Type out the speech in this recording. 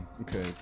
okay